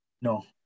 No